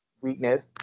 weakness